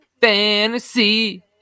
fantasy